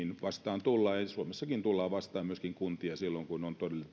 vastaan tullaan ja suomessakin tullaan vastaan myöskin kuntia silloin kun on